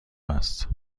است